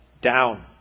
Down